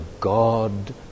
God